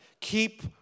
Keep